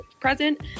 present